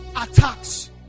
attacks